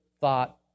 thought